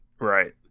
right